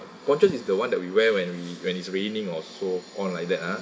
ponchos is the one that we wear when we when it's raining or so on like that ah